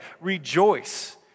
Rejoice